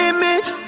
Image